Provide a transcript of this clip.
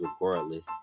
regardless